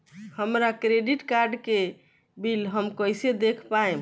हमरा credit card के bill हम कइसे देख पाएम?